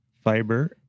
fiber